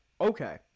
Okay